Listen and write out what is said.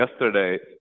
yesterday